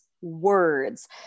words